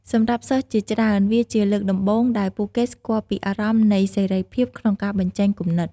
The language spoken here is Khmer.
សម្រាប់សិស្សជាច្រើន វាជាលើកដំបូងដែលពួកគេស្គាល់ពីអារម្មណ៍នៃសេរីភាពក្នុងការបញ្ចេញគំនិត។